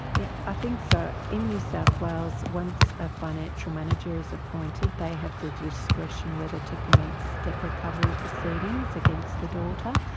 yeah i think so. in new south wales, once a financial manager is appointed, they have the discretion whether to commence debt recovery proceedings against the daughter,